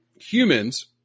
humans